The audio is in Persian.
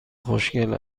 خوشگل